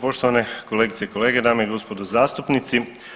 Poštovane kolegice i kolege, dame i gospodo zastupnici.